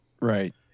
right